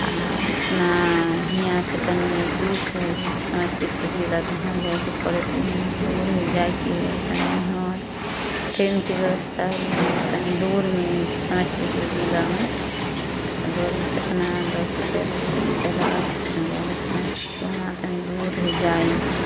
आहाँ अपना हीयाँ से तनी नजदीक है समस्तीपुर जिला तहाँ जाइके पड़े है तऽ दूर है जाइके तनी है ट्रेनके ब्यवस्था है लेकिन तनी दूरमे समस्तीपुर जिलामे तऽ गड़ी से अपना दस रुपैआ बीस रुपैआ लगल तऽ फेर गेल समस्तीपुर तऽ हुआँ तनी दूर है जाइमे